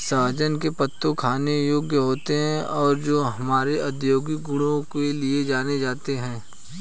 सहजन के पत्ते खाने योग्य होते हैं और अपने औषधीय गुणों के लिए जाने जाते हैं